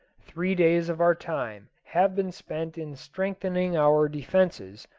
three days of our time have been spent in strengthening our defences,